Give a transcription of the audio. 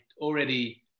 already